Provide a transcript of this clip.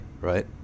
right